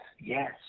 yes